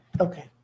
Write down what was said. Okay